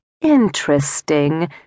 interesting